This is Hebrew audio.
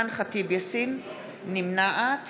נמנעת